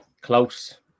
Close